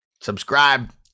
Subscribe